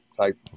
type